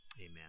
Amen